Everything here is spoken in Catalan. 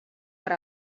per